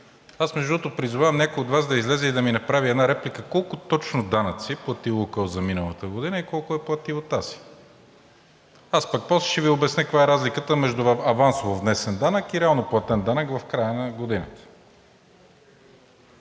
другото, призовавам някой от Вас да излезе и да ми направи една реплика колко точно данъци е платил „Лукойл“ за миналата година и колко е платил тази. Аз пък после ще Ви обясня каква е разликата между авансово внесен данък и реално платен данък в края на годината.